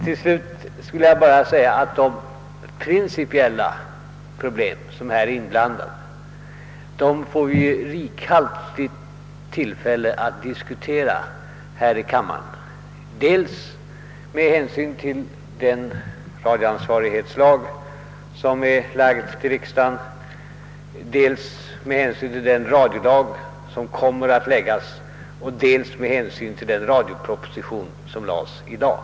Till slut vill jag endast säga att de principiella problem som här har berörts får vi rika tillfällen att diskutera i kammaren dels med anledning av den radioansvarighetslag som är framlagd för riksdagen, dels med anledning av den radiolag som kommer att läggas fram, dels också med anledning av den radioproposition som har framlagts i dag.